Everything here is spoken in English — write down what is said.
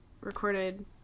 recorded